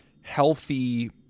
healthy